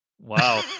Wow